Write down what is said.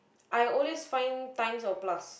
I always find times or plus